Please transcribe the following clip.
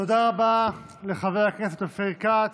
תודה רבה לחבר הכנסת אופיר כץ.